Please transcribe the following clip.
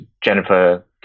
Jennifer